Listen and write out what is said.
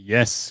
Yes